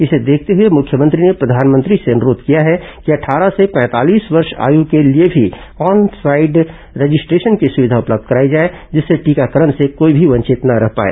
इसे देखते हए मुख्यमंत्री ने प्रधानमंत्री से अनुरोघ किया है कि अटठारह से पैंतालीस वर्ष आय वर्ग के लिए भी ऑन साइड रजिस्ट्रेशन की सुविधा उपलब्ध कराई जाए जिससे टीकाकरण से कोई भी वंचित न रह पाए